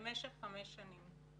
למשך חמש שנים.